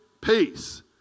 peace